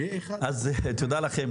תודה לכם.